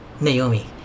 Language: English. Naomi